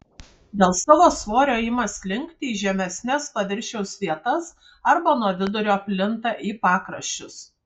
dėl savo svorio ima slinkti į žemesnes paviršiaus vietas arba nuo vidurio plinta į pakraščius